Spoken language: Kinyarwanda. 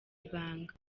ibanga